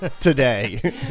today